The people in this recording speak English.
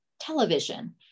television